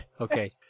Okay